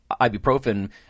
ibuprofen